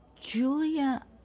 Julia